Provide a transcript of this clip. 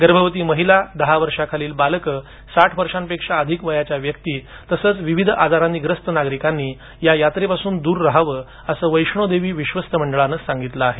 गर्भवती महिला दहा वर्षांखालील बालके आणि साठ वर्षांपेक्षा अधिक वयाच्या व्यक्ति तसच विविध आजारांनी ग्रस्त नागरिकांनी यात्रे पासून दूर राहावं असं वैष्णोदेवी विश्वस्त मंडळानं सांगितलं आहे